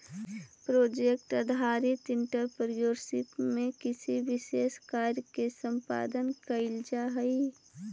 project आधारित entrepreneurship में किसी विशेष कार्य के संपादन कईल जाऽ हई